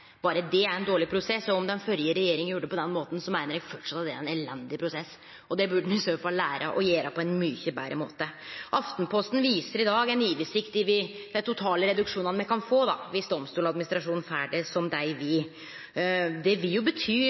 ein dårleg prosess. Og om den førre regjeringa gjorde det på den måten, meiner eg framleis at det er ein elendig prosess, og det burde ein i så fall lære av og gjere på ein mykje betre måte. Aftenposten viser i dag ei oversikt over dei totale reduksjonane me kan få viss Domstoladministrasjonen får det som dei vil. Det vil jo